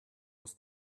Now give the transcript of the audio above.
was